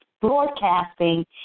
broadcasting